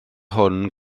hwn